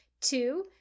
Two